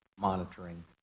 monitoring